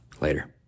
Later